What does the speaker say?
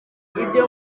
ibyo